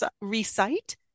recite